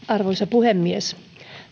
arvoisa puhemies